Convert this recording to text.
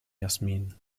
jasmin